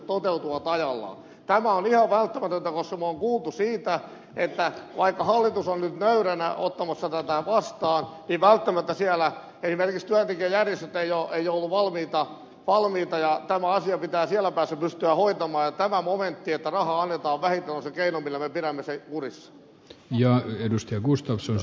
tämä on ihan välttämätöntä koska me olemme kuulleet siitä että vaikka hallitus on nyt nöyränä ottamassa tätä vastaan niin välttämättä esimerkiksi työntekijäjärjestöt eivät ole siellä valmiita ja tämä asia pitää siellä päässä pystyä hoitamaan ja tämä momentti että rahaa annetaan vähitellen on se keino millä me pidämme sen kurissa